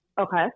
Okay